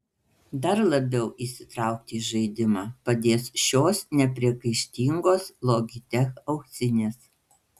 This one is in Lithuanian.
dar labiau įsitraukti į žaidimą padės šios nepriekaištingos logitech ausinės